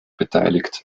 beteiligt